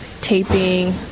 taping